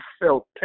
felt